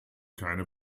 keine